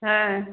হ্যাঁ